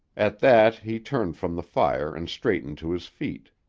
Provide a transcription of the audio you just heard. at that he turned from the fire and straightened to his feet.